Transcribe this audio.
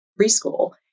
preschool